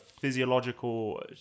physiological